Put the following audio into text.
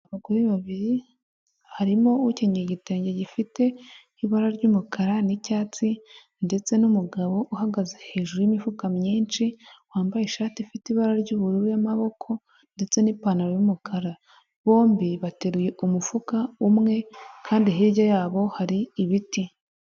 Abagore babiri harimo ukenyeye igitenge gifite ibara ry'umukara nicyatsi ndetse numugabo uhagaze hejuru yimifuka myinshi wambaye ishati ifite ibara ry'ubururu ya'maboko ndetse n'pantaro yumukara bombi bateruye umufuka umwe kandi hirya yabo hari ibiti.